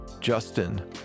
Justin